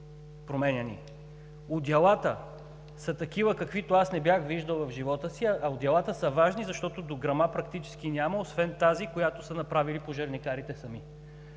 променяни. Одеялата са такива, каквито аз не бях виждал в живота си, а одеялата са важни, защото дограма практически няма, освен тази, която са направили пожарникарите сами.